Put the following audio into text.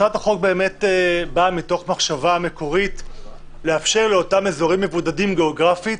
הצעת החוק באה מתוך מחשבה מקורית לאפשר לאותם אזורים מבודדים גיאוגרפית